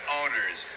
owners